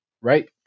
Right